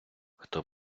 хто